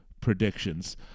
predictions